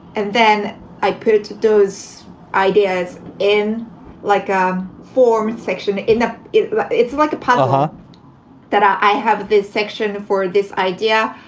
and then i put it to those ideas in like ah form section in. ah it's like a puzzle ah that i have this section for this idea.